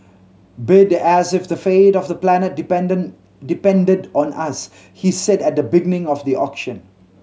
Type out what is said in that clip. bid as if the fate of the planet depended on us he said at the beginning of the auction